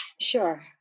Sure